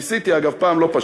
ניסיתי, אגב, פעם.